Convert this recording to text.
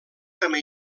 també